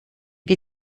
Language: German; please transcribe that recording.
wir